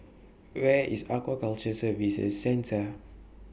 Where IS Aquaculture Services Centre